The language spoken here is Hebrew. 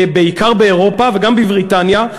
בעיקר באירופה וגם בבריטניה,